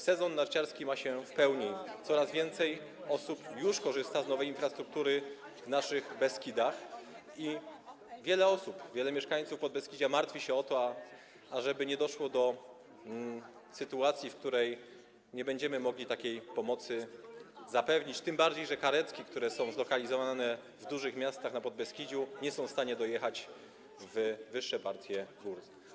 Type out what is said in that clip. Sezon narciarski jest w pełni, coraz więcej osób już korzysta z nowej infrastruktury w naszych Beskidach i wiele osób, wielu mieszkańców Podbeskidzia martwi się o to, ażeby nie doszło do sytuacji, w której nie będziemy mogli takiej pomocy zapewnić, tym bardziej że karetki, które są zlokalizowane w dużych miastach na Podbeskidziu, nie są w stanie dojechać w wyższe partie gór.